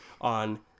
on